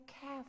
care